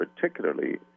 particularly